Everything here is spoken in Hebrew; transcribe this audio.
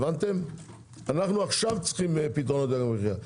אנחנו עכשיו צריכים פתרונות ליוקר המחיה.